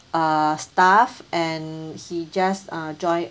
uh staff and he just uh join